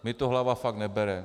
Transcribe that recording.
Mně to hlava fakt nebere.